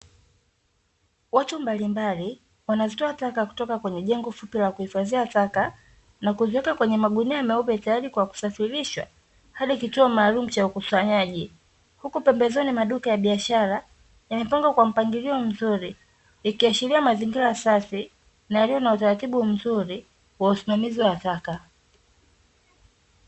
Watu mbalimbali wanazitoa taka kutoka kwenye jengo fupi la kuhifadhia taka, na kuziweka kwenye magunia meupe tayari kwa kusafirishwa, hadi kituo maalumu cha ukusanyaji. Huku pembezoni maduka ya biashara, yamepangwa kwa mpangilio mzuri, ikiashiria mazingira safi, na yaliyo na utaratibu mzuri wa usimamizi wa taka.